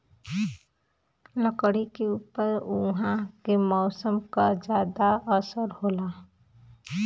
लकड़ी के ऊपर उहाँ के मौसम क जादा असर होला